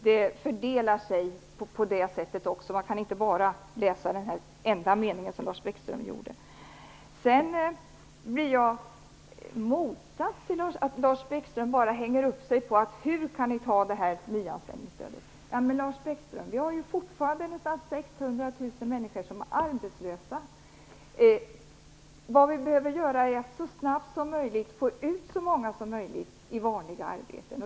Det är så det fördelar sig också; man kan inte läsa den enda mening som Lars Bäckström läste. Lars Bäckström frågar: Hur kan ni anta detta nyanställningsstöd? Men, Lars Bäckström, i Sverige har vi fortfarande nästan 600 000 människor som är arbetslösa. Det vi behöver göra är att så snabbt som möjligt få ut så många människor som möjligt i vanliga arbeten.